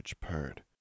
purred